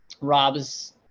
rob's